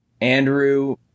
andrew